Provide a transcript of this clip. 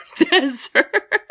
Desert